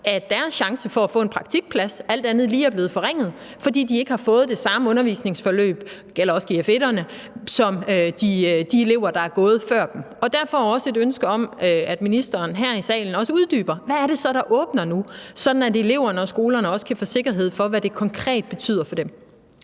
at deres chance for at få en praktikplads alt andet lige er blevet forringet, fordi de ikke har fået det samme undervisningsforløb – det gælder også gf-1'erne – som de elever, der har gået der før dem. Derfor er det også et ønske om, at ministeren her i salen uddyber, hvad det så er, der åbner nu, sådan at eleverne og skolerne kan få sikkerhed for, hvad det konkret betyder for dem.